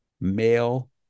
male